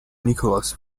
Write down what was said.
nicholas